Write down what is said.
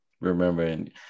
remembering